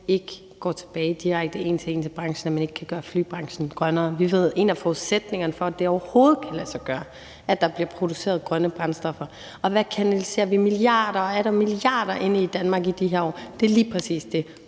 ikke går direkte tilbage, en til en, til branchen, så kan man ikke gøre flybranchen grønnere. Vi ved, at en af forudsætningerne for, at det overhovedet kan lade sig gøre, er, at der bliver produceret grønne brændstoffer. Og hvad kanaliserer vi i Danmark i de her år milliarder og atter milliarder af kroner ind i? Det er lige præcis det: